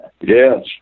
Yes